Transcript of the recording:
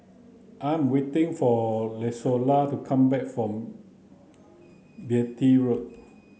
I'm waiting for Izola to come back from Beatty Road